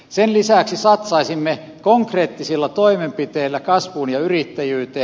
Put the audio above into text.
sen lisäksi satsaisimme konkreettisilla toimenpiteillä kasvuun ja yrittäjyyteen